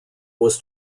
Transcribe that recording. was